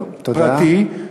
פרטי,